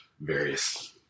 various